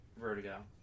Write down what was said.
vertigo